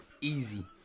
easy